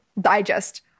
digest